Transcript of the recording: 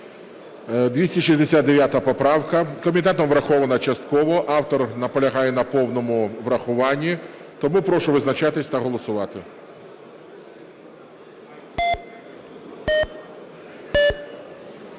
269 поправка. Комітетом врахована частково. Автор наполягає на повному врахуванні. Тому прошу визначатись та голосувати.